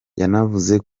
yanavuze